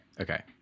Okay